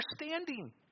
understanding